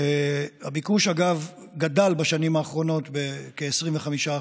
אגב, הביקוש גדל בשנים האחרונות בכ-25%.